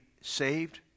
saved